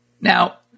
Now